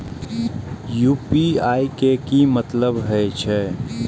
UPI के की मतलब हे छे?